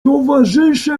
towarzysze